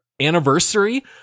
anniversary